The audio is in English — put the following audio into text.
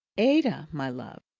ada, my love,